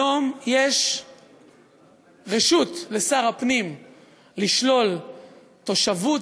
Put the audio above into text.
היום יש רשות לשר הפנים לשלול תושבות,